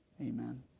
Amen